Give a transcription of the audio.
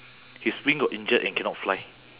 its wing got injured and cannot fly